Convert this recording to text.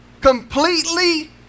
completely